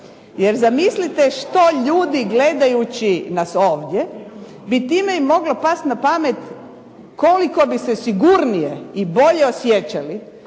Jer zamislite što ljudi gledajući nas ovdje, bi tim im mogla pasti na pamet koliko bi se sigurnije i bolje osjećali